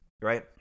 right